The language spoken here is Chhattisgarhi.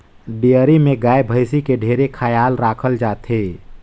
डेयरी में गाय, भइसी के ढेरे खयाल राखल जाथे